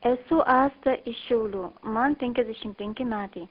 esu asta iš šiaulių man penkiasdešim penki metai